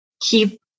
keep